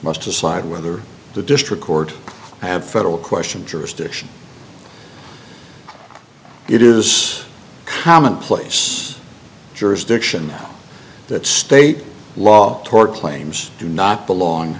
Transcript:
must decide whether the district court and federal question jurisdiction it is common place jurisdiction that state law tort claims do not belong